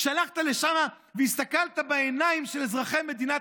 הלכת לשם והסתכלת בעיניים של אזרחי מדינת